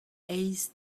eizh